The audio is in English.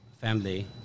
family